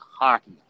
hockey